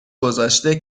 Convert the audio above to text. گذاشته